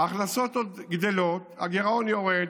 ההכנסות גדלות, הגירעון יורד,